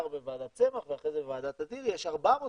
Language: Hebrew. בוועדת צמח ואחרי זה בוועדת אדירי,